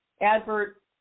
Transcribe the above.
advert